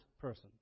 person